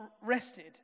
rested